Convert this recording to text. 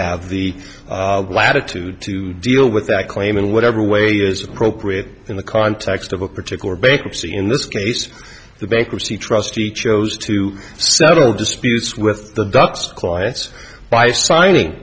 have the latitude to deal with that claim in whatever way is appropriate in the context of a particular bankruptcy in this case the bankruptcy trustee chose to settle disputes with the docs clients by signing